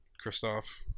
Christoph